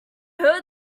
heard